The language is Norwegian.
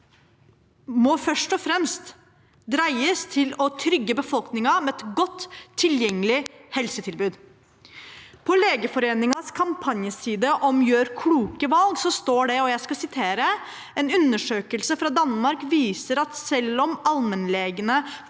først og fremst må dreies mot å trygge befolkningen med et godt tilgjengelig helsetilbud. På Legeforeningens kampanjeside «Gjør kloke valg» står det: «En undersøkelse fra Danmark viser at selv om allmennlegene